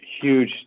huge